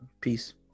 Peace